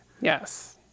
Yes